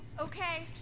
Okay